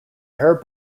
hair